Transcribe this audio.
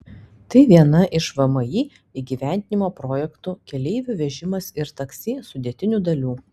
tai viena iš vmi įgyvendinamo projekto keleivių vežimas ir taksi sudėtinių dalių